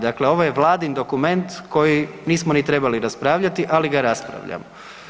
Dakle, ovo je vladin dokument koji nismo ni trebali raspravljati, ali ga raspravljamo.